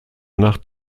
nacht